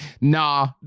nah